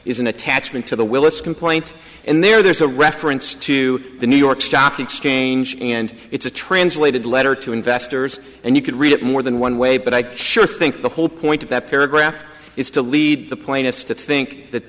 is an attachment to the willis complaint and there's a reference to the new york stock exchange and it's a translated letter to investors and you could read it more than one way but i sure think the whole point of that paragraph is to lead the plaintiffs to think that